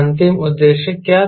अंतिम उद्देश्य क्या था